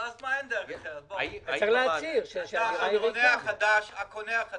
אתה צריך להצהיר על זה שהדירה ריקה.